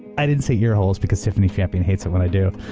i didn't say ear holes because tiffany champion hates it when i do.